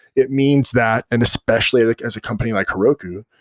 it means that and especially like as a company like heroku,